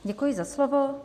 Děkuji za slovo.